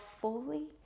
fully